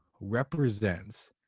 represents